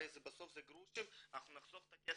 הרי בסוף זה גרושים ואנחנו נחסוך כסף.